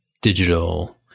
digital